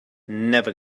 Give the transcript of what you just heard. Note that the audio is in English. never